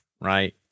right